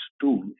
tool